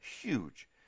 huge